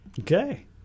Okay